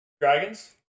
Dragons